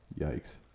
Yikes